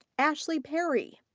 ashley perry.